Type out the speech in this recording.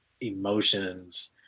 emotions